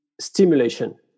stimulation